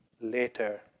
later